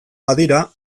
badira